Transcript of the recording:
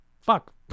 Fuck